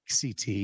CT